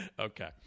Okay